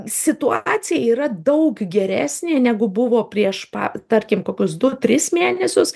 situacija yra daug geresnė negu buvo prieš pa tarkim kokius du tris mėnesius